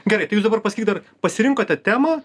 gerai tai jūs dabar pasakykit dar pasirinkote temą